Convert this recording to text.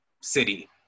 city